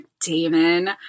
Damon